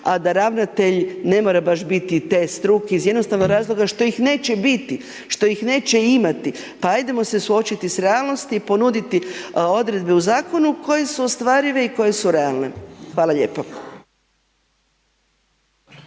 a da ravnatelj ne mora baš biti te struke iz jednostavnog razloga što ih neće biti, što ih neće imati, pa ajdemo se suočiti s realnosti i ponuditi odredbe u Zakonu koje su ostvarive i koje su realne. Hvala lijepo.